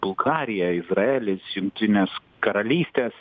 bulgarija izraelis jungtinės karalystės